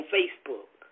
Facebook